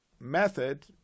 method